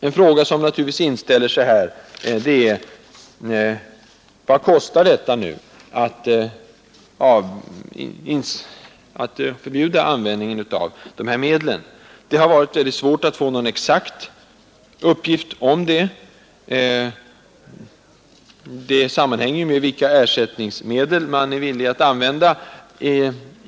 En fråga som då inställer sig är: Vad kostar det att förbjuda användningen av dessa medel? Det har varit väldigt svårt att få någon exakt uppgift om detta. Det sammanhänger ju med vilka ersättningsmedel man är villig att använda.